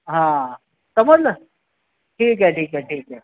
हां समजलं ठीक आहे ठीक आहे ठीक आहे